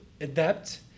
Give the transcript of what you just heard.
adapt